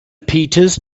peters